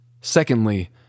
secondly